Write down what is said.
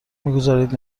میگذارید